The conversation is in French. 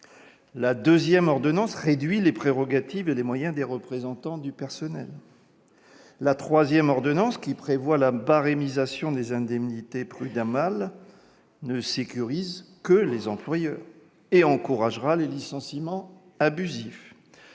La deuxième ordonnance réduit les prérogatives et les moyens des représentants du personnel. La troisième ordonnance, qui prévoit la barémisation des indemnités prud'homales, ne sécurise que les employeurs et encouragera les licenciements abusifs.